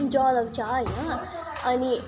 जलाउँछ होइन अनि